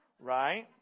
Right